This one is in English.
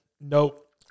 Nope